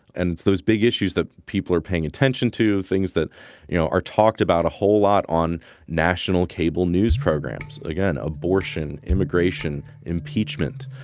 and it's those big issues that people are paying attention to things that you know are talked about a whole lot on national cable news programs. again abortion immigration impeachment.